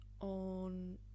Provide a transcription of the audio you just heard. on